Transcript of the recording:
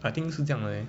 I think 是这样的 leh